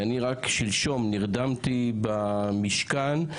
רק שלשום אני נרדמתי במשכן,